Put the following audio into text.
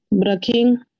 Braking